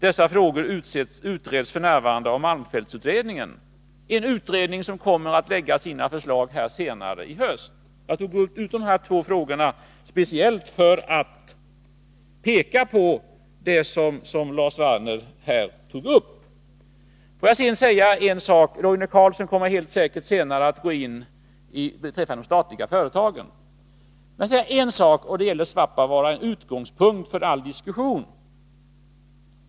Dessa frågor utreds f. n. av malmfältsutredningen.” Det är en utredning som kommer att lägga fram sina förslag senare i höst. Jag tog upp dessa två frågor speciellt för att peka på det som herr Werner här tog upp. Roine Carlsson kommer senare att gå in beträffande de statliga företagen. Men jag vill säga en sak beträffande Svappavaara, en utgångspunkt för all diskussion.